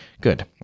Good